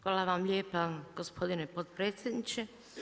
Hvala vam lijepa gospodine potpredsjedniče.